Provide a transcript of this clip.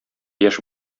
яшь